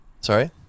Sorry